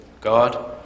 God